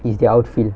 is their outfield